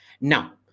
Now